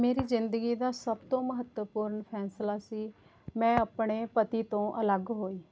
ਮੇਰੀ ਜ਼ਿੰਦਗੀ ਦਾ ਸਭ ਤੋਂ ਮਹੱਤਵਪੂਰਨ ਫੈਸਲਾ ਸੀ ਮੈਂ ਆਪਣੇ ਪਤੀ ਤੋਂ ਅਲੱਗ ਹੋਈ